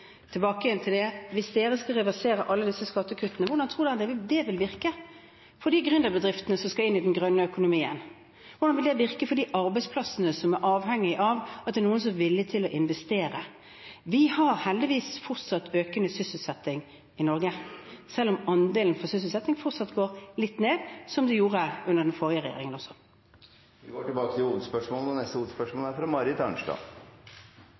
tilbake: Hvis man skulle reversere alle skattekuttene, hvordan tror man det ville virke for de gründerbedriftene som skal inn i den grønne økonomien? Hvordan ville det virke for de arbeidsplassene som er avhengige av at det er noen som er villige til å investere? Vi har heldigvis fortsatt økende sysselsetting i Norge, selv om andelen sysselsatte fortsatt går litt ned, noe den gjorde under den forrige regjeringen også. Vi går til neste hovedspørsmål.